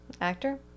Actor